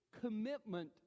commitment